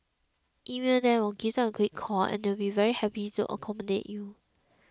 email them or give them a quick call and they will be very happy to accommodate you